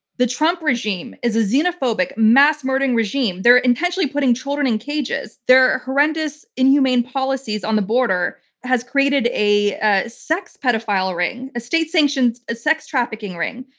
the trump regime is a xenophobic mass murdering regime. they're intentionally putting children in cages. their horrendous, inhumane policies on the border has created a a sex pedophile ring, a state-sanctioned ah sex trafficking ring.